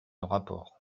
rapport